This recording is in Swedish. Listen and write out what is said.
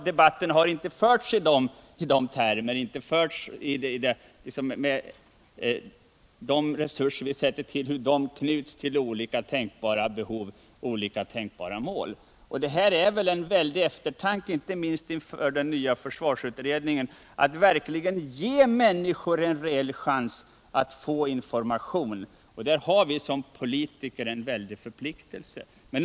Debatt har inte förts om hur de resurser vi sätter till knyts till olika tänkbara mål. Det kräver eftertanke, inte minst inför den nya försvarsutredningen, hur man skall ge människor en rejäl chans att få information. Där har vi som politiker en stor förpliktelse.